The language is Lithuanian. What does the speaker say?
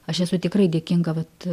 aš esu tikrai dėkinga vat